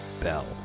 Bell